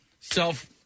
self